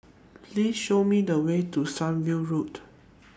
Please Show Me The Way to Sunview Road